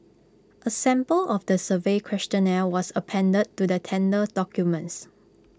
A sample of the survey questionnaire was appended to the tender documents